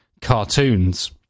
cartoons